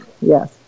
Yes